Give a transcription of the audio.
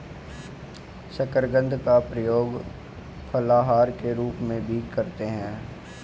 शकरकंद का प्रयोग फलाहार के रूप में भी करते हैं